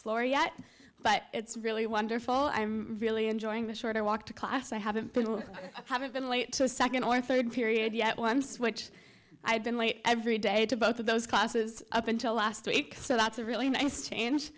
floor yet but it's really wonderful i'm really enjoying the short i walk to class i haven't been haven't been late to a second or third period yet once which i've been late every day to both of those classes up until last week so that's a really nice change